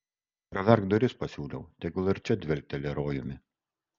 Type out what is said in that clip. praverk duris pasiūliau tegul ir čia dvelkteli rojumi